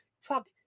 fuck